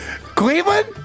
Cleveland